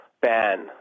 ban